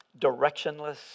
directionless